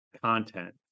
content